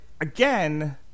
again